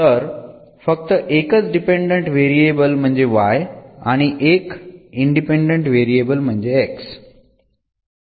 तर फक्त एकच डिपेंडंट व्हेरिएबल म्हणजे y आणि एक इंडिपेंडंट व्हेरिएबल म्हणजे x